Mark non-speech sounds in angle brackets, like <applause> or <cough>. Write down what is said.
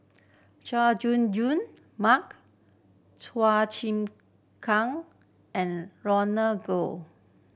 Chay Jung Jun Mark Chua Chim Kang and <unintelligible>